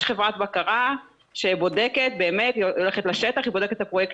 יש חברת בקרה שהולכת לשטח ובודקת את הפרויקט